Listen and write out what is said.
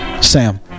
Sam